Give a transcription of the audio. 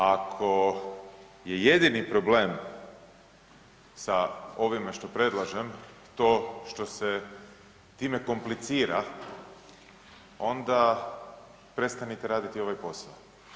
Ako je jedini problem sa ovime što predlažem to što se time komplicira onda prestanite raditi ovaj posao.